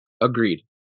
Agreed